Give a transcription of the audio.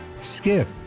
skip